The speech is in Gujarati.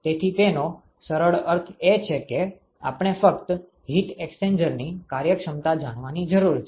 તેથી તેનો સરળ અર્થ એ છે કે આપણે ફક્ત હીટ એક્સ્ચેન્જરની કાર્યક્ષમતા જાણવાની જરૂર છે